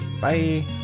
Bye